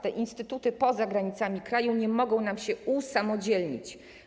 Te instytuty poza granicami kraju nie mogą się usamodzielnić.